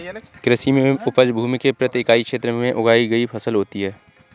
कृषि में उपज भूमि के प्रति इकाई क्षेत्र में उगाई गई फसल होती है